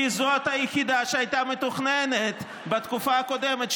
כי זאת היחידה שהייתה מתוכננת בתקופה הקודמת,